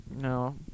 No